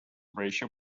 ratio